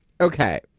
okay